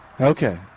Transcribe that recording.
Okay